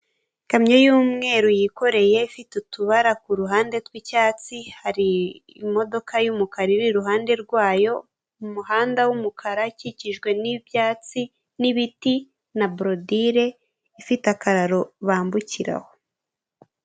Ikamyo y'umweru yikoreye ifite utubara k'uruhande tw'icyatsi hari imodoka y'umukara iri iruhande rwayo, umuhanda w'umukara ikikijwe n'ibyatsi n'ibiti na birodire ifite akararo bambukiraho.